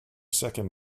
second